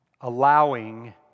allowing